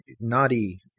Naughty